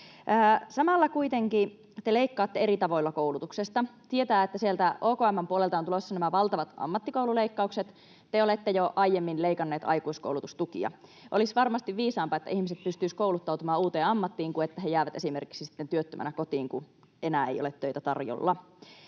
Samalla kuitenkin te leikkaatte eri tavoilla koulutuksesta. Tiedetään, että sieltä OKM:n puolelta on tulossa nämä valtavat ammattikoululeikkaukset, te olette jo aiemmin leikanneet aikuiskoulutustukia. Olisi varmasti viisaampaa, että ihmiset pystyisivät kouluttautumaan uuteen ammattiin kuin että he jäävät esimerkiksi sitten työttömänä kotiin, kun enää ei ole töitä tarjolla.